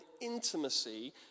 intimacy